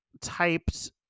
typed